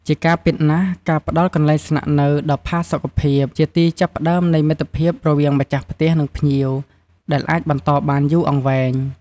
ជាការពិតណាស់ ការផ្តល់កន្លែងស្នាក់នៅដ៏ផាសុកភាព ជាទីចាប់ផ្តើមនៃមិត្តភាពរវាងម្ចាស់ផ្ទះ និងភ្ញៀវ ដែលអាចបន្តបានយូរអង្វែង។